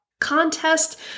contest